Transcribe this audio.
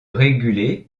réguler